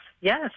yes